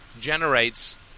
generates